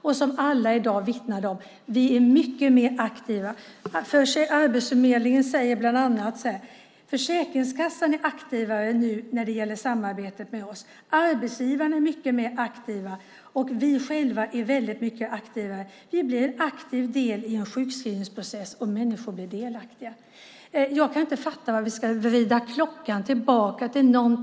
Alla vittnar i dag om att vi är mycket mer aktiva. Arbetsförmedlingen säger bland annat: Försäkringskassan är aktivare nu när det gäller samarbetet med oss, arbetsgivarna är mycket mer aktiva och vi själva är väldigt mycket aktivare. Vi blir en aktiv del i en sjukskrivningsprocess, och människor blir delaktiga. Jag kan inte fatta varför vi ska vrida klockan tillbaka.